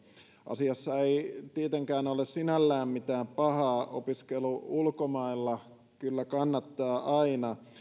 asiassa ei tietenkään ole sinällään mitään pahaa opiskelu ulkomailla kyllä kannattaa aina